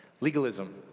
Legalism